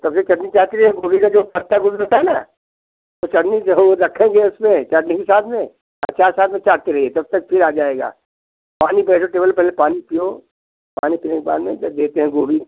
तब से चटनी चाटते रहिए गोभी का जो पत्ता गोभी होता है ना तो चटनी जो है वो रखेंगे उसमें चटनी के साथ में अचार साथ में चाटती रहिए जब तक फिर आ जाएगा पानी पहले टेबल पे पहले पानी पिओ पानी पीने के बाद में जब देते हैं गोभी